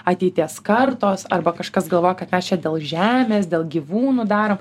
ateities kartos arba kažkas galvoja kad mes čia dėl žemės dėl gyvūnų darom